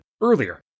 earlier